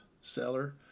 seller